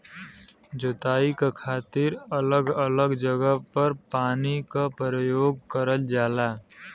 जोताई क खातिर अलग अलग जगह पर पानी क परयोग करल जाला